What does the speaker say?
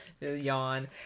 yawn